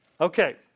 Okay